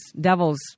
devils